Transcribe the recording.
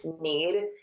need